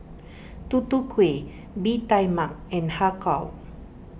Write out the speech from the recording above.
Tutu Kueh Bee Tai Mak and Har Kow